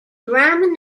gram